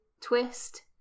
twist